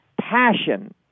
passion